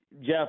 Jeff